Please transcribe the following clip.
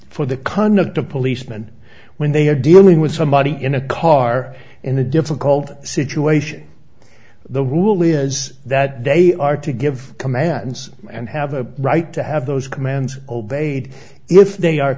for the conduct of policeman when they are dealing with somebody in a car in a difficult situation the rule is that they are to give commands and have a right to have those commands obeyed if they are